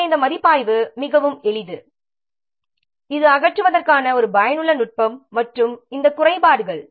எனவே இந்த மதிப்பாய்வு மிகவும் எளிது இது அகற்றுவதற்கான ஒரு பயனுள்ள நுட்பம் மற்றும் இந்த குறைபாடுகள்